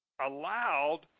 allowed